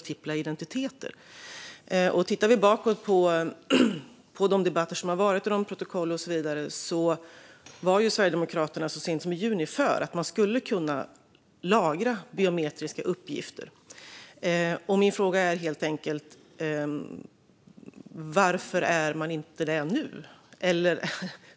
Tittar vi bakåt på de debatter som har varit ser vi att Sverigedemokraterna så sent som i juni var för att man skulle kunna lagra biometriska uppgifter. Min fråga är helt enkelt varför man inte är det nu.